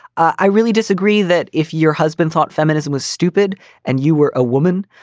i really disagree that if your husband thought feminism was stupid and you were a woman,